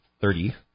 Thirty